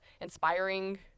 inspiring